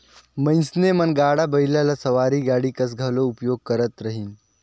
मइनसे मन गाड़ा बइला ल सवारी गाड़ी कस घलो उपयोग करत रहिन